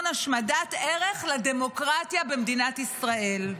השמדת ערך לדמוקרטיה במדינת ישראל.